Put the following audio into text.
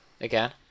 again